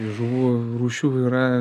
žuvų rūšių yra